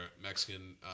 Mexican